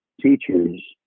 teachers